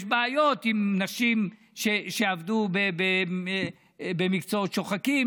יש בעיות עם נשים שעבדו במקצועות שוחקים,